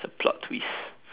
it's a plot twist